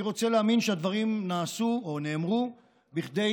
אני רוצה להאמין שהדברים נעשו או נאמרו כדי